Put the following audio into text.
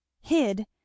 hid